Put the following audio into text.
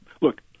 look